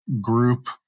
group